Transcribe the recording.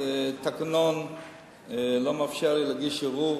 התקנון לא מאפשר לי להגיש ערעור,